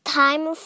time